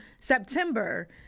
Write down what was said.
September